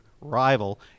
rival